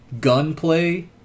gunplay